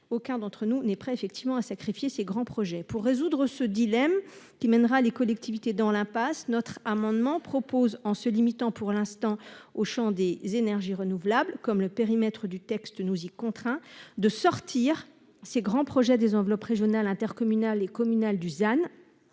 Aucun d'entre nous n'est prêt à sacrifier ces grands projets. Pour résoudre ce dilemme, qui mènera les collectivités dans l'impasse, notre amendement vise, en se limitant au champ des projets d'énergies renouvelables, comme le périmètre du texte nous y contraint, à « sortir » ces grands projets des enveloppes régionales, intercommunales et communales du ZAN.